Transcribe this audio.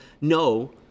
no